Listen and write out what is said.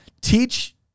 teach